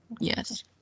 Yes